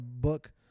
book